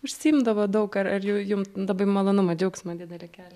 užsiimdavo daug ar ar jum daba malonumą džiaugsmą didelį kelia